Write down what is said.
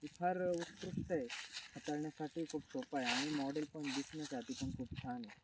ती फार उत्कृष्ट आहे हाताळण्यासाठी खूप सोपं आहे आणि मॉडेल पण दिसण्यासाठी पण खूप छान आहे